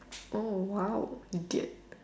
oh !wow! idiot